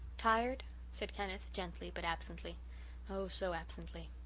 tired? said kenneth, gently but absently oh, so absently.